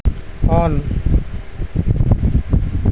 on